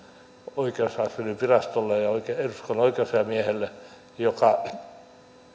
oikeuskanslerinvirastolle ja ja eduskunnan oikeusasiamiehelle joka